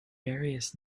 various